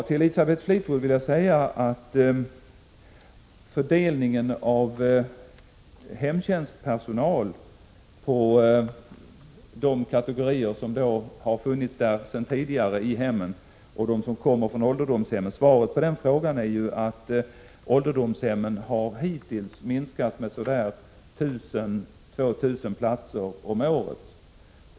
På Elisabeth Fleetwoods fråga om fördelningen av hemtjänstpersonal på de kategorier som sedan tidigare funnits i hemmen och de som kommer från ålderdomshemmen vill jag svara att antalet platser på ålderdomshemmen hittills minskat med 1 000 å 2 000 om året.